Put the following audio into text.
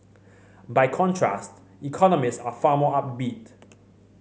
by contrast economists are far more upbeat